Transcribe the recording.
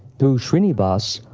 through shrinivas,